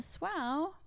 Wow